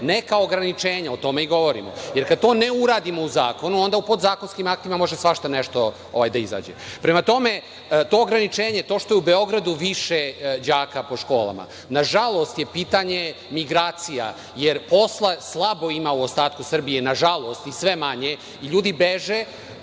neka ograničenja, o tome govorimo, jer kad to ne uradimo u zakonu, onda u podzakonskim aktima može svašta nešto da izađe. Prema tome, to ograničenje, to što je u Beogradu više đaka po školama, nažalost, je pitanje migracija, jer posla slabo ima u ostatku Srbije, nažalost, i sve manje i ljudi beže